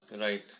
Right